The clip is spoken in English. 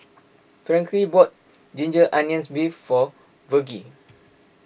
Frankie bought Ginger Onions Beef for Virgle